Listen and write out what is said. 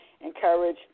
encourage